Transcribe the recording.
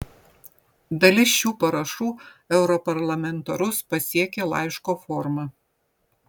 dalis šių parašų europarlamentarus pasiekė laiško forma